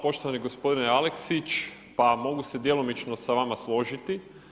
Poštovani gospodine Aleksić, pa mogu se djelomično sa vama složiti.